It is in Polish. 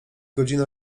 godzina